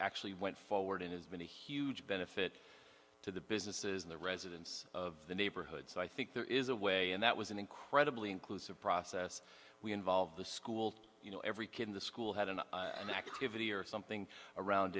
actually went forward and has been a huge benefit to the businesses in the residents of the neighborhood so i think there is a way and that was an incredibly inclusive process we involve the school you know every kid in the school had an activity or something around